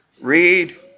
read